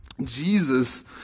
Jesus